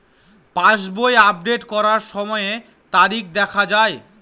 পাসবই update করার সময়ে তারিখ দেখা য়ায়?